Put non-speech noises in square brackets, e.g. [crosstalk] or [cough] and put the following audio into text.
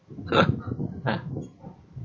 [laughs]